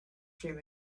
dream